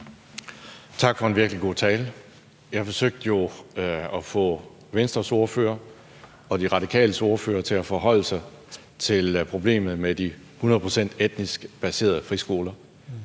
Tak for en virkelig god tale. Jeg forsøgte jo at få Venstres ordfører og De Radikales ordfører til at forholde sig til problemet med de 100 pct. etnisk baserede friskoler.